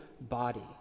body